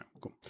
Cool